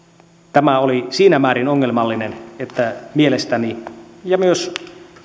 tämä oli siinä määrin ongelmallinen että mielestäni ja myös